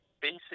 basic